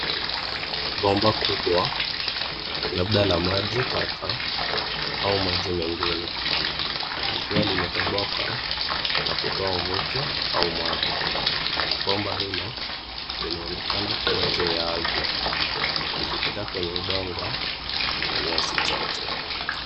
Bomba kubwa labda la maji taka au maji mengine likiwa limetoboka na kutoa mvuke au maji. Bomba hilo linaonekana kuwa juu ya ardhi likipita kwenye udongo na nyasi chache.